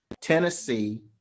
Tennessee